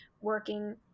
working